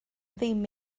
ddim